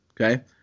Okay